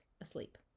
asleep